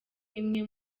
imwe